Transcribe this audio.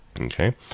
Okay